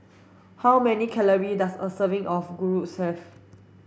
how many calorie does a serving of Gyros have